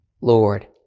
Lord